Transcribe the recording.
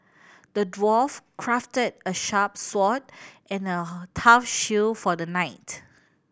the dwarf crafted a sharp sword and a tough shield for the knight